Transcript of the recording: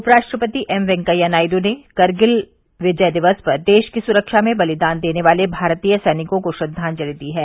उपराष्ट्रापति M Venkaiah Naidu ने कारगिल विजय दिवस पर देश की सुरक्षा में बलिदान देने वाले भारतीय सैनिकों को श्रद्वांजलि दी है